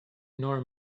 nor